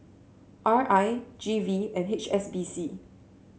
R I G V and H S B C